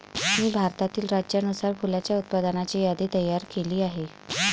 मी भारतातील राज्यानुसार फुलांच्या उत्पादनाची यादी तयार केली आहे